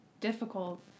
difficult